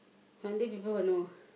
one day people will know